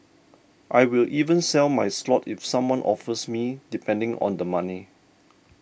I will even sell my slot if someone offers me depending on the money